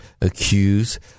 accuse